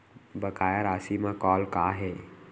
बकाया राशि मा कॉल का हे?